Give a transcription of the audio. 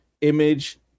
image